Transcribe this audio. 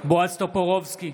בועז טופורובסקי,